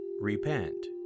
Repent